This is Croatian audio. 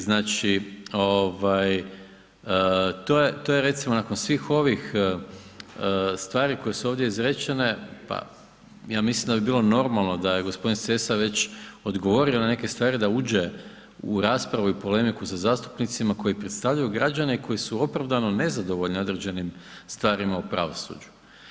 Znači to je recimo nakon svih ovih stvari koje su ovdje izrečene, pa ja mislim da bi bilo normalno da je g. Sessa već odgovorio na neke stvari da uđe u raspravu i polemiku sa zastupnicima koji predstavljaju građane i koji su opravdano nezadovoljni određenim stvarima u pravosuđu.